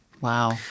Wow